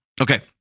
Okay